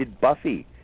Buffy